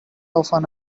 often